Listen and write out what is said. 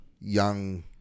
young